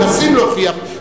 מנסים להוכיח,